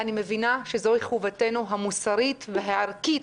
אני מבינה שזוהי חובתנו המוסרית והערכית,